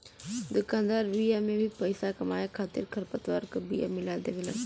दुकानदार बिया में भी पईसा कमाए खातिर खरपतवार क बिया मिला देवेलन